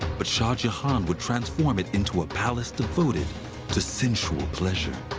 but shah jahan would transform it into a palace devoted to sensual pleasure.